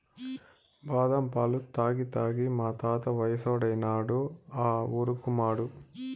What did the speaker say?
బాదం పాలు తాగి తాగి మా తాత వయసోడైనాడు ఆ ఊరుకుమాడు